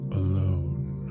alone